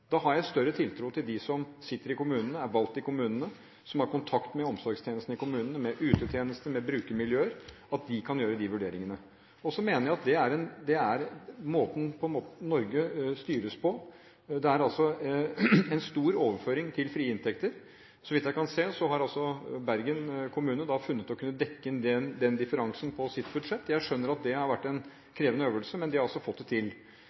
Da har jeg større tiltro til at de som sitter i kommunene, som er valgt i kommunene, og som har kontakt med omsorgstjenesten i kommunene – med utetjenesten og med brukermiljøer – kan gjøre disse vurderingene. Så mener jeg at det er den måten Norge styres på. Det er en stor overføring til frie inntekter. Så vidt jeg kan se, har Bergen kommune funnet å kunne dekke inn den differansen på sitt budsjett. Jeg skjønner at det har vært en krevende øvelse, men de har altså fått det til.